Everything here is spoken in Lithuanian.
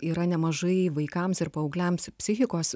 yra nemažai vaikams ir paaugliams psichikos